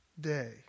day